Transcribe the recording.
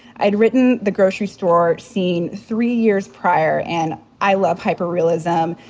i'd written the grocery store scene three years prior. and i love hyperrealism,